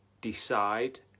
decide